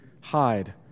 hide